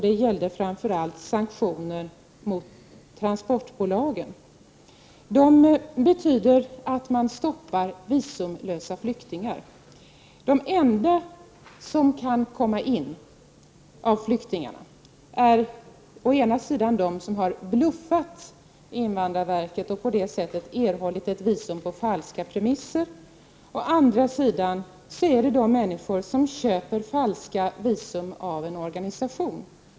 Det gällde framför allt sanktioner mot transportbolagen. Sanktionerna innebär att flyktingar utan visum stoppas. De enda av flyktingarna som kan komma in i Sverige är å ena sidan de som har bluffat invandrarverket, och på det sättet erhållit visum på falska premisser, å andra sidan de människor som köper falska visum av en organisation.